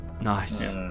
Nice